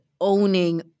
owning